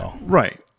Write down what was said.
Right